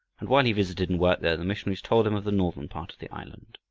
and while he visited and worked there the missionaries told him of the northern part of the island.